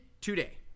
today